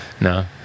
No